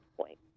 point